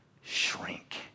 shrink